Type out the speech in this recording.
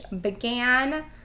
began